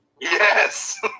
Yes